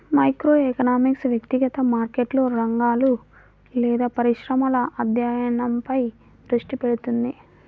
microeconomics వ్యక్తిగత మార్కెట్లు, రంగాలు లేదా పరిశ్రమల అధ్యయనంపై దృష్టి పెడుతుంది